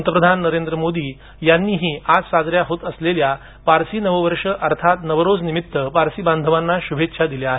पंतप्रधान नरेंद्र मोदी यांनीही आज साजऱ्या होत असलेल्या पारसी नववर्ष अर्थात नवरोझ निमित्त पारसी बांधवांना श्भेच्छा दिल्या आहेत